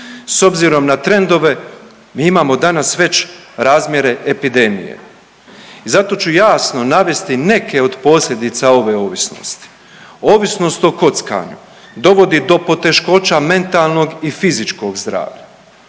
S obzirom na trendove mi imamo danas već razmjere epidemije. I zato ću jasno navesti neke od posljedica ove ovisnosti. Ovisnost o kockanju dovodi do poteškoća mentalnog i fizičkog zdravlja,